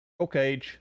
okay